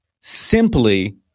simply